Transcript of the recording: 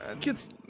Kids